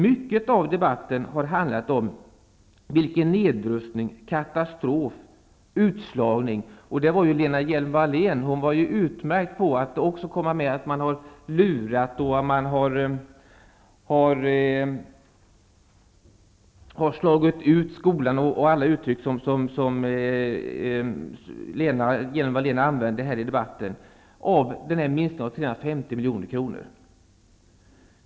Mycket av debatten har handlat om nedrustning, katastrof och utslagning -- Lena Hjelm-Wallén fick också med att man har lurat och slagit ut skolan, och jag vet inte allt vilka uttryck hon använde när hon talade om minskningen med 350 milj.kr.